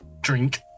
drink